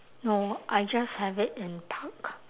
no I just have it in park